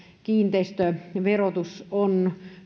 kiinteistöverotus on